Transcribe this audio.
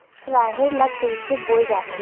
राहेर ल कइसे बोय जाथे?